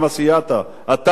אתה באופן אישי.